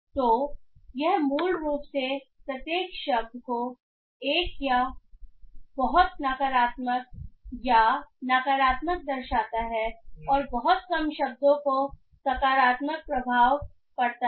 तो यह मूल रूप से प्रत्येक शब्द को या तो बहुत नकारात्मक या नकारात्मक दर्शाता है और बहुत कम शब्दों का सकारात्मक प्रभाव पड़ता है